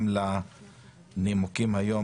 וגם לנימוקים היום